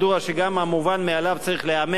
שגם המובן מאליו צריך להיאמר.